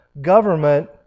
Government